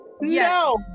No